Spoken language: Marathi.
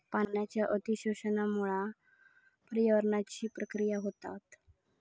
पाण्याच्या अती शोषणामुळा पर्यावरणीय प्रक्रिया होतत